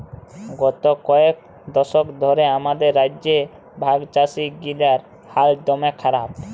গত কয়েক দশক ধ্যরে আমাদের রাজ্যে ভাগচাষীগিলার হাল দম্যে খারাপ